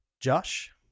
Josh